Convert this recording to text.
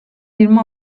yirmi